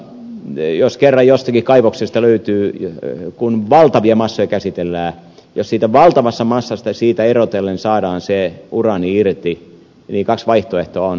jos kerran jostakin kaivoksesta löytyy uraania kun valtavia massoja käsitellään ja jos siitä valtavasta massasta erotellen saadaan se uraani irti niin kaksi vaihtoehtoa on